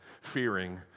fearing